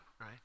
Right